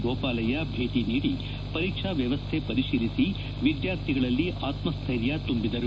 ಗೋಪಾಲಯ್ಲ ಭೇಟಿ ನೀಡಿ ಪರೀಕ್ಷಾ ವ್ಯವಸ್ಥೆ ಪರಿಶೀಲಿಸಿ ವಿದ್ವಾರ್ಥಿಗಳಲ್ಲಿ ಆತಸ್ಟೈರ್ಯ ತುಂಬಿದರು